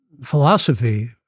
philosophy